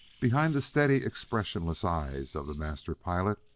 behind the steady, expressionless eyes of the master pilot,